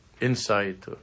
insight